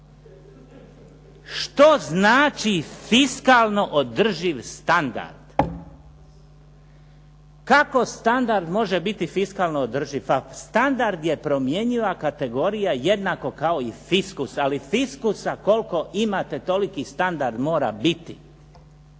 Što znači fiskalno održiv standard? Kako standard može biti fiskalno održiv? Pa standard je promjenjiva kategorija jednako kao i fiskus, ali fiskusa koliko imate toliki standard mora biti.